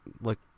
look